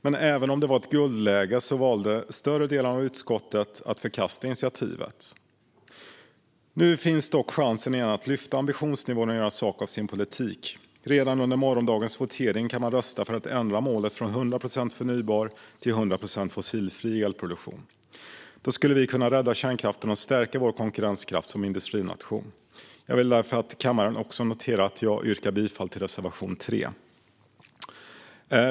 Men även om det var ett guldläge för mål valde större delen av utskottet att förkasta initiativet. Nu finns dock chansen igen att lyfta ambitionsnivån och göra sak av sin politik. Redan under morgondagens votering kan man rösta för att ändra målet från 100 procent förnybar till 100 procent fossilfri elproduktion. Då skulle vi kunna rädda kärnkraften och stärka vår konkurrenskraft som industrination. Jag vill därför att kammaren också noterar att jag yrkar bifall till reservation 3.